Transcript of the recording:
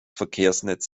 verkehrsnetz